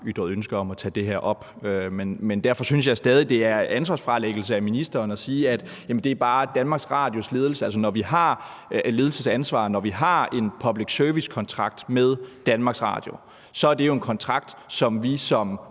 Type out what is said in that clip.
ønske om at tage det her op. Men derfor synes jeg stadig, at det er ansvarsfralæggelse af ministeren at sige, at det bare er DR's ledelses ansvar. Altså, når vi har en public service-kontrakt med DR, er det jo en kontrakt, som vi som